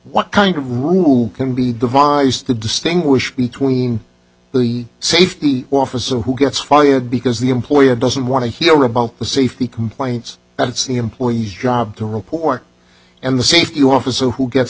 what kind of rules can be devised to distinguish between the safety officer who gets fired because the employer doesn't want to hear about the safety complaints that it's the employees job to report and the safety officer who gets